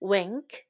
Wink